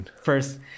first